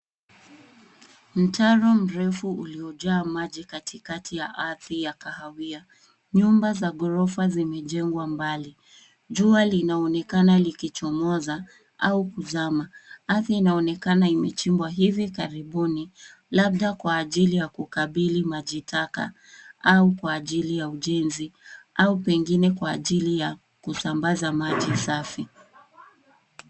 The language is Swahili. Mtaro mrefu uliojaa maji katikati ya ardhi ya kahawia. Nyumba za ghorofa zimejengwa mbali. Jua linaonekana likichomoza au kuzama. Ardhi inaonekana imechimbwa hivi karibuni, labda kwa ajili ya kukabili majitaka au kwa ajili ya ujenzi au pengine kwa ajili ya kusambaza maji safi.